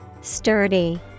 Sturdy